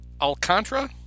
Alcantara